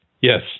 Yes